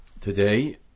Today